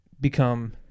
become